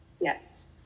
Yes